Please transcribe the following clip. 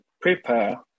prepare